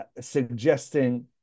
suggesting